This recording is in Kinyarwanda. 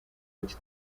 ati